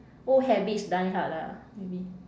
old habits die hard ah maybe